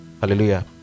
Hallelujah